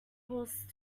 horse